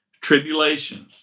tribulations